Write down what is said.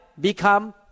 become